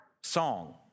song